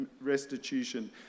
restitution